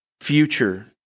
future